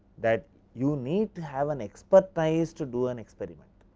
that you need to have an expertise to do an experiment.